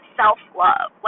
self-love